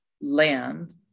land